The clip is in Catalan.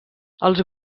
els